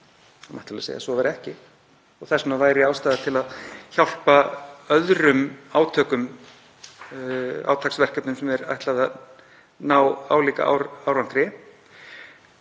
gildi? Það mætti alveg segja að svo væri ekki og þess vegna væri ástæða til að hjálpa öðrum átaksverkefnum sem er ætlað að ná álíka árangri.